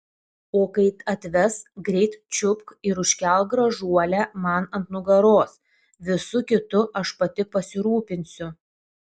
o kai atves greit čiupk ir užkelk gražuolę man ant nugaros visu kitu aš pati pasirūpinsiu